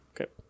Okay